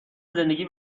زندگی